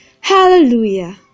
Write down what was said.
Hallelujah